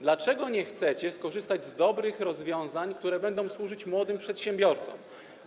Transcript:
Dlaczego nie chcecie skorzystać z dobrych rozwiązań, które będą służyć młodym przedsiębiorcom?